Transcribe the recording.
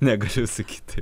negaliu sakyt taip